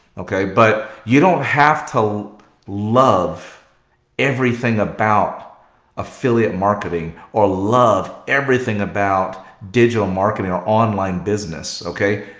okay, but you don't have to love everything about affiliate marketing or love everything about digital marketing or online business okay,